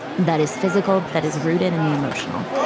that is physical, that is rooted in the emotional.